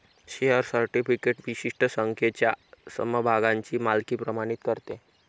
share certificate विशिष्ट संख्येच्या समभागांची मालकी प्रमाणित करते